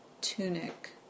tunic